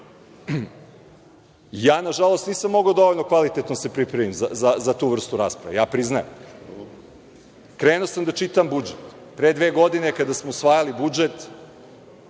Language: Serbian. nažalost, nisam mogao dovoljno kvalitetno da se pripremim za tu vrstu rasprave, ja priznajem. Krenuo sam da čitam budžet. Pre dve godine kada smo usvajali budžet,